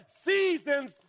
Seasons